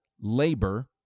labor